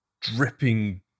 dripping